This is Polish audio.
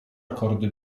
akordy